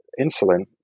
insulin